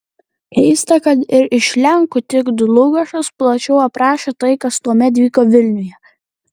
keista kad ir iš lenkų tik dlugošas plačiau aprašė tai kas tuomet vyko vilniuje